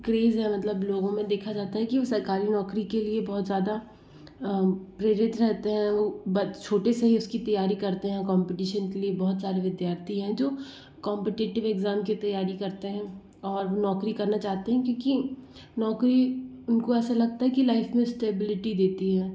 craze है मतलब लोगों में देखा जाता है कि सरकारी नौकरी के लिए बहुत ज़्यादा प्रेरित रहते हैं बच छोटे से ही उसकी तैयारी करते हैं कॉम्पिटिशन के लिए बहुत सारे विद्यार्थी हैं जो कॉम्पिटिटिव एग्जाम की तैयारी करते हैं और नौकरी करना चाहते हैं क्योंकि नौकरी उनको ऐसा लगता है की लाइफ में स्टैब्लिटी रहती है